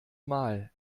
mal